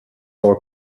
are